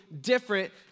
different